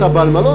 אתה בעל-מלון,